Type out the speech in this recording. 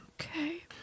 okay